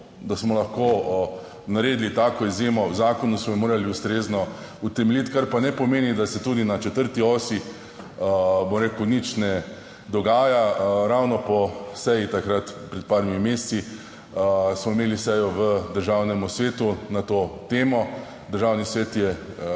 da smo lahko naredili tako izjemo v zakonu, so jo morali ustrezno utemeljiti, kar pa ne pomeni, da se tudi na četrti osi, bom rekel, nič ne dogaja. Ravno po seji, takrat pred parimi meseci smo imeli sejo v Državnem svetu na to temo, Državni svet je